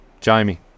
Jamie